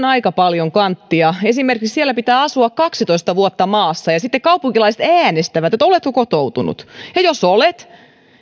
aika paljon kanttia esimerkiksi siellä maassa pitää asua kaksitoista vuotta ja sitten kaupunkilaiset äänestävät oletko kotoutunut ja jos olet